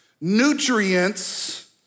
nutrients